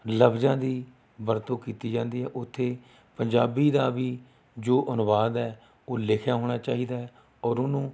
ਲਫਜ਼ਾਂ ਦੀ ਵਰਤੋਂ ਕੀਤੀ ਜਾਂਦੀ ਹੈ ਉੱਥੇ ਪੰਜਾਬੀ ਦਾ ਵੀ ਜੋ ਅਨੁਵਾਦ ਹੈ ਉਹ ਲਿਖਿਆ ਹੋਣਾ ਚਾਹੀਦਾ ਹੈ ਔਰ ਉਹਨੂੰ